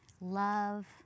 love